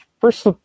first